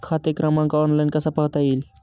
खाते क्रमांक ऑनलाइन कसा पाहता येईल?